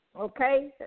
okay